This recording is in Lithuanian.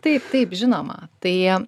taip taip žinoma tai jie